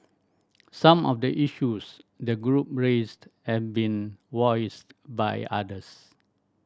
some of the issues the group raised have been voiced by others